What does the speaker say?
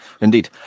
Indeed